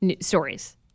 stories